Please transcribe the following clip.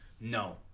No